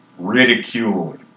ridiculed